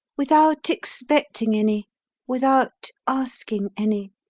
without expecting any without asking any